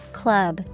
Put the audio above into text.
club